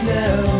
now